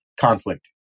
conflict